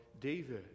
David